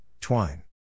twine